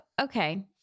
okay